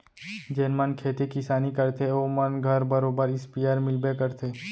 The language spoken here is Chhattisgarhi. जेन मन खेती किसानी करथे ओ मन घर बरोबर इस्पेयर मिलबे करथे